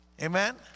Amen